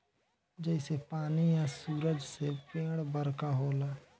जइसे पानी आ सूरज से पेड़ बरका होला